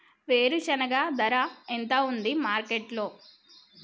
వేరుశెనగ ధర ఎంత ఉంది మార్కెట్ లో?